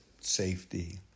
safety